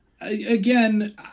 Again